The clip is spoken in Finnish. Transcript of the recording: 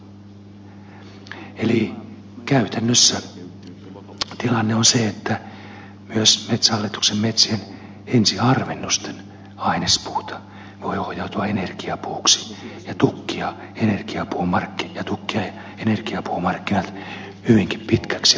käytännössä tilanne on se että myös metsähallituksen metsien ensiharvennusten ainespuut voivat ohjautua energiapuuksi ja tukkia energiapuumarkkinat hyvinkin pitkäksi aikaa